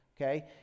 okay